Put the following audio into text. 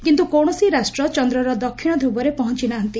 କିନ୍ତ କୌଣସୀ ରାଷ୍ଟ୍ର ଚନ୍ଦ୍ରର ଦକ୍ଷିଶ ଧ୍ରୁବରେ ପହଁଚି ନାହାଁନ୍ତି